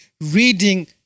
Reading